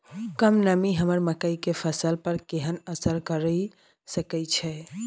कम नमी हमर मकई के फसल पर केहन असर करिये सकै छै?